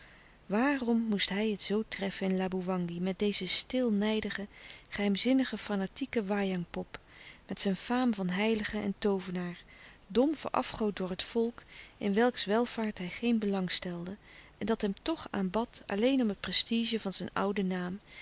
waarom moest hij het zoo treffen in laboewangi met deze stil nijdige geheimzinnig fanatieke wajangpop met zijn faam van heilige en toovenaar dom verafgood door het volk in welks welvaart louis couperus de stille kracht hij geen belang stelde en dat hem toch aanbad alleen om het prestige van zijn ouden naam